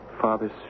Father's